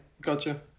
Gotcha